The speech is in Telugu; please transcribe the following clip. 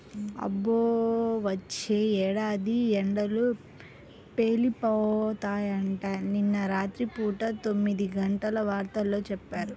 అబ్బో, వచ్చే ఏడాది ఎండలు పేలిపోతాయంట, నిన్న రాత్రి పూట తొమ్మిదిగంటల వార్తల్లో చెప్పారు